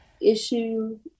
issue